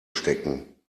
stecken